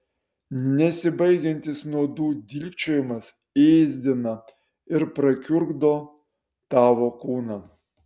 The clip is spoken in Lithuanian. nesibaigiantis nuodų dilgčiojimas ėsdina ir prakiurdo tavo kūną